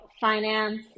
finance